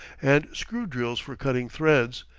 and screw-drills for cutting threads,